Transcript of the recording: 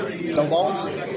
Snowballs